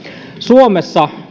suomessa